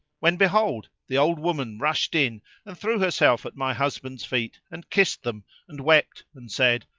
when behold, the old woman rushed in and threw herself at my husband's feet and kissed them and wept and said,